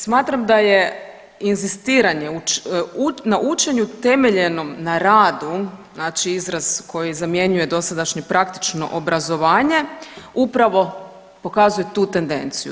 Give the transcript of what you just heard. Smatram da je inzistiranje na učenju temeljenom na radu, znači izraz koji zamjenjuje dosadašnje praktično obrazovanje upravo pokazuje tu tendenciju.